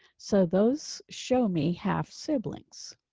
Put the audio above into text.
so those show me half siblings.